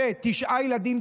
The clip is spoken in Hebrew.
תשעה ילדים,